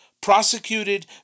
prosecuted